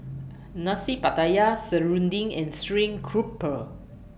Nasi Pattaya Serunding and Stream Grouper